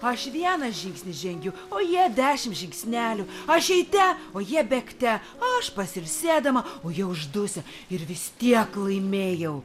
aš vieną žingsnį žengiu o jie dešimt žingsnelių aš eite o jie bėgte aš pasilsėdama o jie uždusę ir vis tiek laimėjau